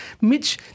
Mitch